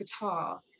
guitar